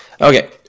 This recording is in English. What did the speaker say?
Okay